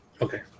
Okay